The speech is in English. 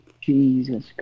Jesus